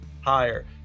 higher